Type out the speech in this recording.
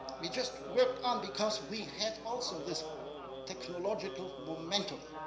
we just worked on because we had also this technological momentum,